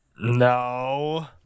No